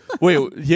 wait